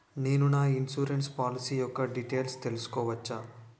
నేను నా insurance policy యెక్క డీటైల్స్ తెల్సుకోవచ్చా?